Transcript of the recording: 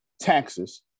taxes